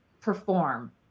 perform